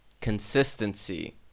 Consistency